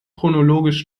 chronologisch